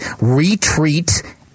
retreat